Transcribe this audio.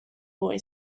boy